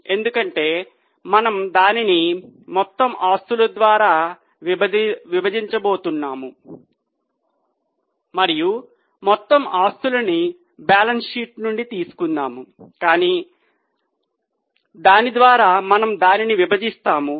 ఎందుకంటే మనము దానిని మొత్తం ఆస్తుల ద్వారా విభజించబోతున్నాము మరియు మొత్తం ఆస్తులని బ్యాలెన్స్ షీట్ నుండి తీసుకుందాము దాని ద్వారా మనము దానిని విభజిస్తాము